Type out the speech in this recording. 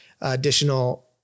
additional